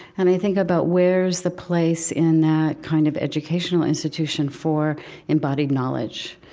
and i think about, where's the place in that kind of educational institution for embodied knowledge?